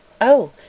Oh